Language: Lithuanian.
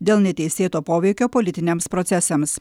dėl neteisėto poveikio politiniams procesams